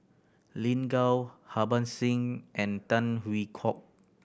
Lin Gao Harban Singh and Tan Hwee Kock